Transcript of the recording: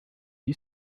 you